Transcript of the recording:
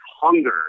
hunger